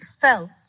felt